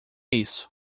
isso